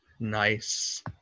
Nice